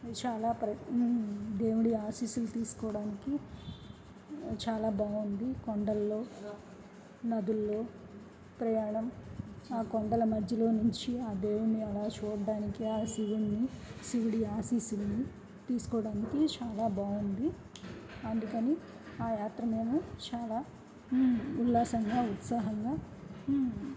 చాలా ప్ర దేవుడి ఆశిస్సులు తీసుకోవడానికి చాలా బాగుంది కొండలలో నదులలో ప్రయాణం ఆ కొండల మధ్యలో నుంచి ఆ దేవుణ్ణి అలా చూడడానికి ఆ శివుని శివుడి ఆశీసుల్ని తీసుకోవడానికి చాలా బాగుంది అందుకని ఆ యాత్ర నేను చాలా ఉల్లాసంగా ఉత్సాహంగా